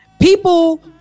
people